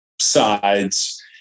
sides